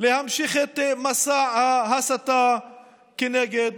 להמשיך את מסע ההסתה נגד